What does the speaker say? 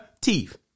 teeth